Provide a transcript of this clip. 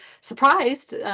surprised